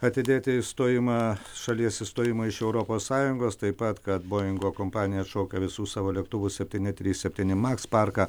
atidėti išstojimą šalies išstojimą iš europos sąjungos taip pat kad boingo kompanija atšaukia visų savo lėktuvų septyni trys septyni maks parką